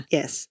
Yes